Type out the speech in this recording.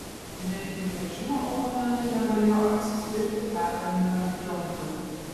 netgi režimo oponentai negalėjo atsispirti pergalingam triumfui